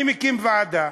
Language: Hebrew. אני מקים ועדה,